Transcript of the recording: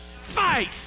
fight